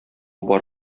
бар